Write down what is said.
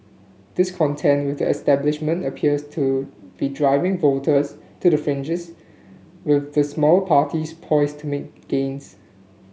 discontent with the establishment appears to be driving voters to the fringes with the smaller parties poised to make gains